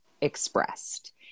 expressed